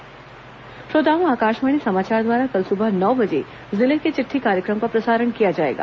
जिले की चिटठी श्रोताओं आकाशवाणी समाचार द्वारा कल सुबह नौ बजे जिले की चिट्ठी कार्यक्रम का प्रसारण किया जाएगा